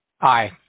Aye